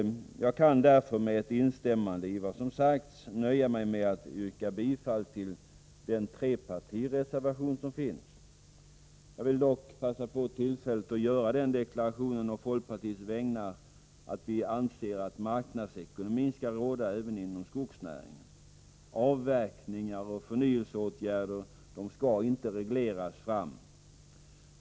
Jag kan därför, med ett instämmande i vad som sagts, nöja mig med att yrka bifall till den trepartireservation som finns i betänkandet. Jag vill dock passa på tillfället att å folkpartiets vägnar göra den deklarationen att vi anser att marknadsekonomin skall råda även inom skogsnäringen. Avverkningar och förnyelseåtgärder skall inte regleras fram.